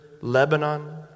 Lebanon